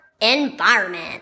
environment